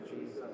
Jesus